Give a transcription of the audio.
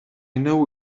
know